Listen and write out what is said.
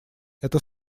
это